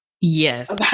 Yes